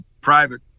private